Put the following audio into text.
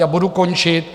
A budu končit.